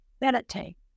meditate